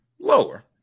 Lower